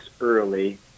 early